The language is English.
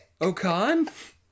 Okan